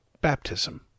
baptism